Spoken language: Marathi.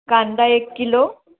कांदा एक किलो